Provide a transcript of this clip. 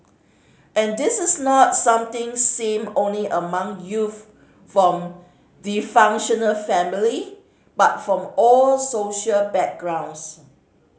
and this is not something seen only among youth from dysfunctional family but from all social backgrounds